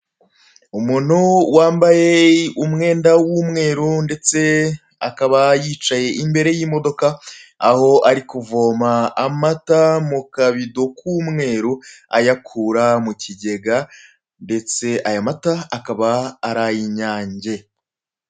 Umuntu wambaye umwenda w'umweru ndetse akaba yicaye imbere y'imodoka aho ari kuvoma amata mu kabido k'umweru ayakura mu kigega ndetse aya mata akaba ari ay'inyange.